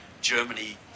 germany